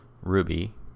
Ruby